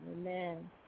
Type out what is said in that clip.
Amen